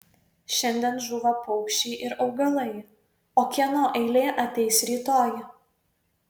šiandien žūva paukščiai ir augalai o kieno eilė ateis rytoj